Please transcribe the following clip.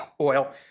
oil